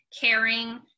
caring